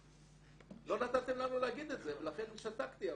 לא נתתם לנו להגיד את זה ולכן שתקתי.